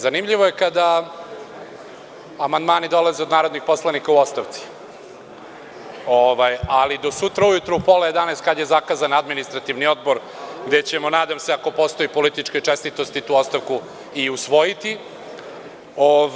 Zanimljivo je kada amandmani dolaze od narodnih poslanika u ostavci, ali do sutra ujutru u pola jedanaest kada je zakazan Administrativni odbor, gde ćemo nadam se, ako postoji politička čestitost, tu ostavku i usvojiti.